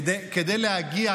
כדי להגיע,